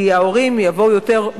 כי ההורים יבואו יותר,